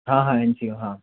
हाँ N C O हाँ